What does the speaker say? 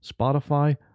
Spotify